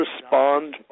respond